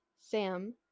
Sam